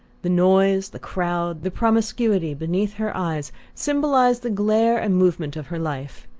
the noise, the crowd, the promiscuity beneath her eyes symbolized the glare and movement of her life.